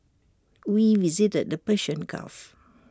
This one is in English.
we visited the Persian gulf